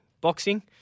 boxing